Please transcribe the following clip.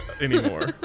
anymore